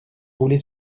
roulé